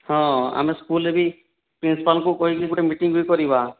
ହଁ ଆମେ ସ୍କୁଲରେ ବି ପ୍ରିନ୍ସିପାଲ୍ଙ୍କୁ କହିକି ଯଦି ଗୋଟିଏ ମିଟିଂ ବି କରିବା